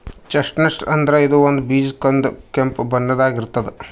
chestnut ಅಂದ್ರ ಇದು ಒಂದ್ ಬೀಜ ಕಂದ್ ಕೆಂಪ್ ಬಣ್ಣದಾಗ್ ಇರ್ತದ್